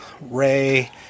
Ray